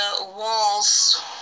walls